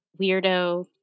weirdo